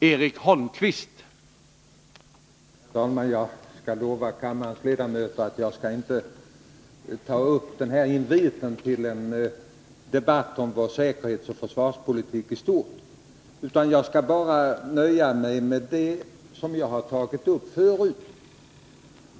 Herr talman! Jag lovar kammarens ledamöter att jag inte skall ta upp den här inviten till en debatt om vår säkerhetsoch försvarspolitik i stort utan att jag bara skall nöja mig med det som jag har tagit upp förut.